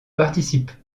participe